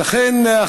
ולכן,